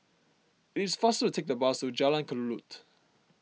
it is faster to take the bus to Jalan Kelulut